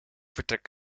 vertrek